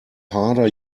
harder